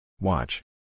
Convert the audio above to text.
Watch